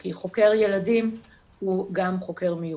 כי חוקר ילדים הוא גם חוקר מיוחד,